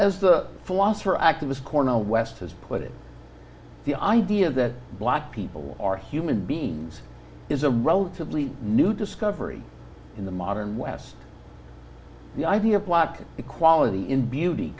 as the philosopher activist cornel west has put it the idea that black people are human beings is a relatively new discovery in the modern west the idea of black equality in beauty